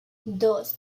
dos